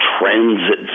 transit